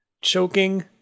Choking